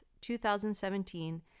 2017